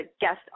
guest